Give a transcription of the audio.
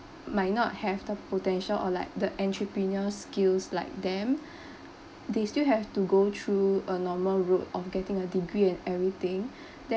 might not have the potential or like the entrepreneur skills like them they still have to go through a normal route of getting a degree and everything then